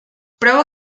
probó